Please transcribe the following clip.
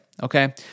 Okay